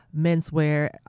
menswear